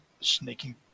snaking